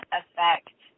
affect